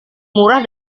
murah